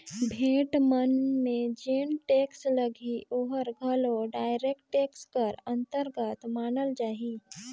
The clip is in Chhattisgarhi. भेंट मन में जेन टेक्स लगही ओहर घलो डायरेक्ट टेक्स कर अंतरगत मानल जाही